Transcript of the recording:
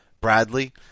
Bradley –